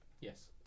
Yes